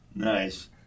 Nice